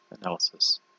analysis